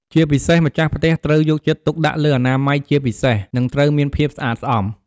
ជាពិសេសម្ចាស់ផ្ទះត្រូវយកចិត្តទុកដាក់លើអនាម័យជាពិសេស និងត្រូវមានភាពស្អាតស្អំ។